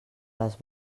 les